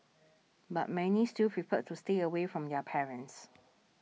but many still preferred to stay away from their parents